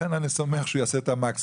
לכן אני סומך שהוא יעשה את המקסימום,